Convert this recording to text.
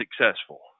successful